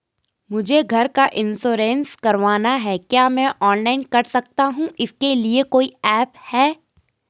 मुझे घर का इन्श्योरेंस करवाना है क्या मैं ऑनलाइन कर सकता हूँ इसके लिए कोई ऐप है?